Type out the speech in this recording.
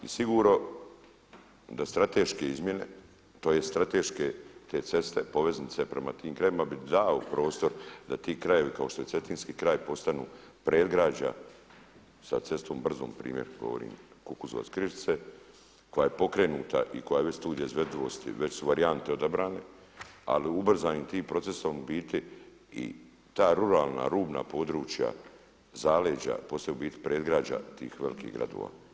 I sigurno da strateške izmjene, tj. strateške te ceste, poveznice prema tim krajevima bi dao prostor da ti krajevi kao što je Cetinski kraj postanu predgrađa sa cestom brzom, primjer govorim Kukozovac-Križice koja je pokrenuta i koja je već studije izvedivosti, već su varijante odabrane ali ubrzanim tim procesom u biti i ta ruralna, rubna područja zaleđa, poslije u biti predgrađa tih velikih gradova.